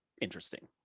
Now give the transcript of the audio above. interesting